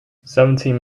seventeen